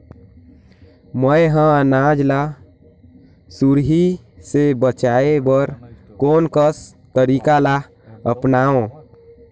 मैं ह अनाज ला सुरही से बचाये बर कोन कस तरीका ला अपनाव?